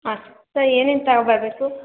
ಹಾಂ ಸರ್ ಸ ಏನೇನು ತಗೊಬರಬೇಕು